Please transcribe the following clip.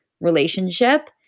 relationship